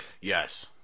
Yes